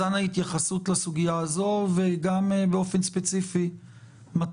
אנא התייחסות לסוגיה הזאת וגם ספציפית לסוגיה של